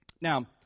Now